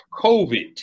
COVID